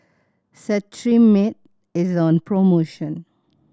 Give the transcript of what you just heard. Cetrimide is on promotion